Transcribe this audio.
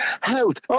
health